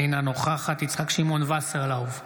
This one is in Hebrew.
אינה נוכחת יצחק שמעון וסרלאוף,